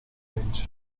legge